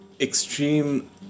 extreme